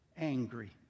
angry